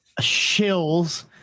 shills